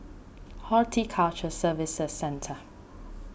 Horticulture Services Centre